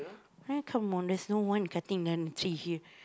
!huh! come on there's no one cutting down the tree here